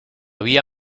vía